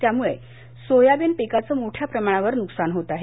त्यामुळे सोयाबीन पिकाचं मोठ्या प्रमाणावर नुकसान होत आहे